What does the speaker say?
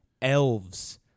Elves